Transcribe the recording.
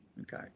okay